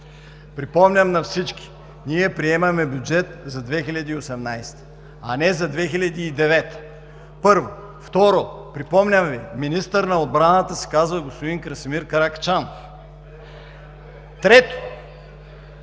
Припомням на всички, ние приемаме бюджет за 2018 г., а не за 2009 г. – първо. Второ, припомням Ви: министърът на отбраната се казва Красимир Каракачанов. Трето,